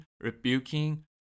rebuking